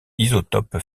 isotope